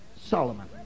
Solomon